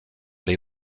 les